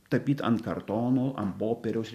tapyt ant kartono ant popieriaus